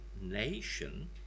nation